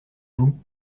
vous